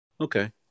Okay